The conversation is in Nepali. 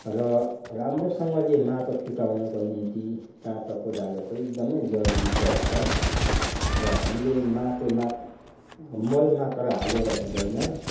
र राम्रोसँगले माटो फिटाउनको निम्ति र काँटा कोदालोको एकदमै जरुरी पर्छ र हामीले माटोमा मल मात्र हालेर हुँदैन